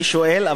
אני שואל,